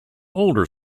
older